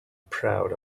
proud